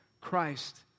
Christ